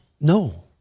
no